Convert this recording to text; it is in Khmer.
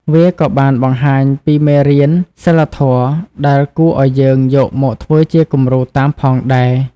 វាក៏បានបង្ហាញពីមេរៀនសីលធម៌ដែលគួរឲ្យយើងយកមកធ្វើជាគំរូតាមផងដែរ។